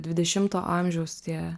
dvidešimto amžiaus tie